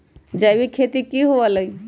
जैविक खेती की हुआ लाई?